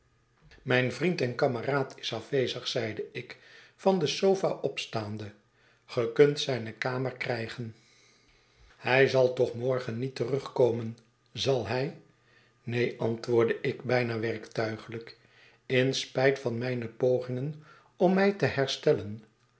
mijn vriend en kameraad is afwezig zeide ik van de sofa opstaande ge kunt zijne kamer krijgen groote verwachtingen hij zal toch morgen met terugkomen zal hlj neen antwoordde ik bijna werktuiglijk in spijt van mijne pogingen om mij te herstellen